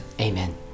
amen